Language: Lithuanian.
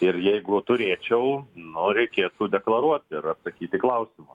ir jeigu turėčiau nu reikėtų deklaruoti ir atsakyti į klausimus